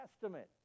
Testament